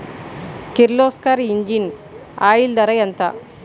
Kirloskar engine oil ధర ఎంత?